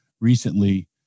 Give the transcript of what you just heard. recently